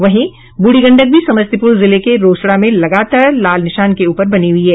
वहीं बूढ़ी गंडक भी समस्तीपुर जिले के रोसड़ा में लगातार लाल निशान के ऊपर बनी हुई है